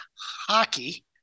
hockey